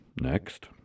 next